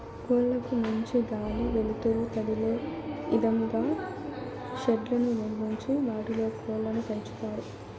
కోళ్ళ కు మంచి గాలి, వెలుతురు తదిలే ఇదంగా షెడ్లను నిర్మించి వాటిలో కోళ్ళను పెంచుతారు